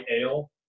ale